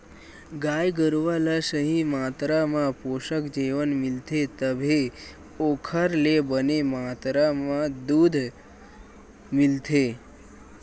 गाय गरूवा ल सही मातरा म पोसक जेवन मिलथे तभे ओखर ले बने मातरा म दूद मिलथे